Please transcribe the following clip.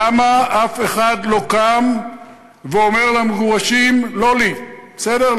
למה אף אחד לא קם ואומר למגורשים, לא לי, בסדר?